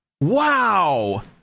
Wow